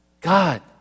God